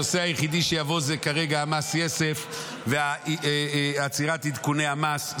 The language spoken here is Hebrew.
הנושא היחידי שיבוא כרגע זה מס יסף ועצירת עדכוני המס,